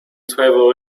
trevor